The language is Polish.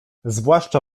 zwłaszcza